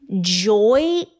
joy